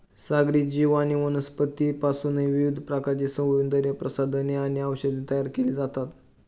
सागरी जीव आणि वनस्पतींपासूनही विविध प्रकारची सौंदर्यप्रसाधने आणि औषधे तयार केली जातात